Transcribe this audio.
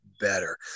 better